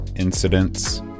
incidents